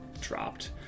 Dropped